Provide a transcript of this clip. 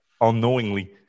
unknowingly